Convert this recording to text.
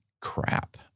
crap